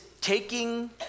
taking